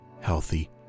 healthy